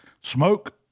smoke